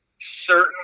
certain